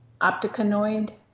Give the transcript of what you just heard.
opticanoid